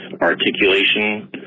articulation